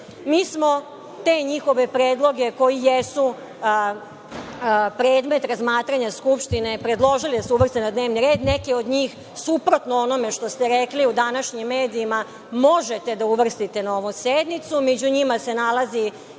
Mi smo te njihove predloge, koje jesu predmet razmatranja Skupštine, predložili da se uvrste na dnevni red. Neke od njih suprotno onome što ste rekli u današnjim medijima možete da uvrstite na ovu sednicu.